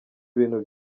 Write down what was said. ibintu